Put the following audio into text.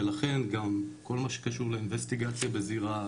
ולכן גם כל מה שקשור לווסטיגציה בזירה,